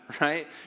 right